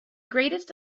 greatest